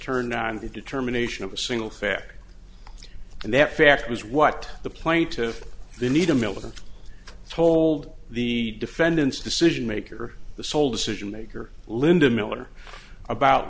turned on the determination of a single fact and that fact was what the plaintiff the need a militant told the defendant's decision maker the sole decision maker linda miller about